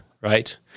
right